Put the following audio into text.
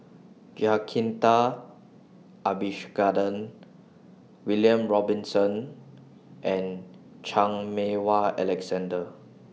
Jacintha Abisheganaden William Robinson and Chan Meng Wah Alexander